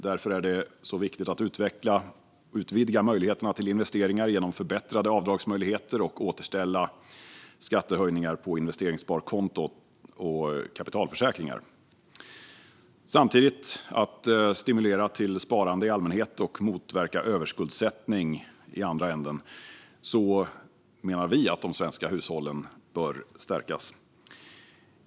Därför är det viktigt att utvidga möjligheterna till investeringar genom förbättrade avdragsmöjligheter och återställda skattehöjningar på investeringssparkonton och kapitalförsäkringar, samtidigt som vi stimulerar till sparande i allmänhet och motverkar överskuldsättning i andra änden. Så menar vi att de svenska hushållen bör stärkas.